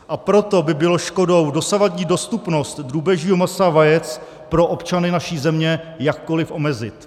A proto by bylo škodou dosavadní dostupnost drůbežího masa a vajec pro občany naší země jakkoli omezit.